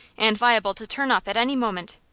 and liable to turn up at any moment.